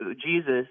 Jesus